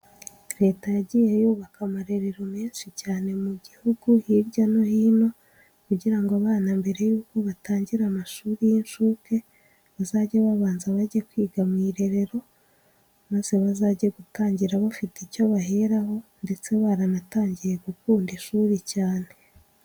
Leta yagiye yubaka amarerero menshi cyane mu gihugu hirya no hino, kugira ngo abana mbere yuko batangira amashuri y'inshuke bazajye babanza bajye kwiga mu irerero maze bazajye gutangira bafite icyo baheraho, ndetse baranatangiye gukunda ishuri cyane.